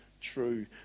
True